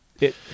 it-